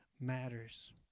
matters